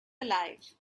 alive